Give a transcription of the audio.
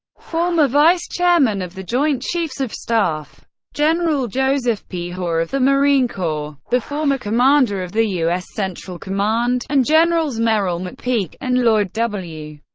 former vice chairman of the joint chiefs of staff general joseph p. hoar of the marine corps, the former commander of the u s. central command and generals merrill mcpeak and lloyd w.